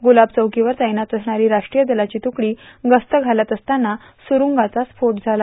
गुलाब चौकीवर तैनात असणारी राष्ट्रीय दलाची तुकडी गस्त घालत असताना सुरूंगाचा स्फोट झाला